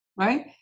right